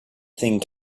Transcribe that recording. thing